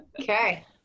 okay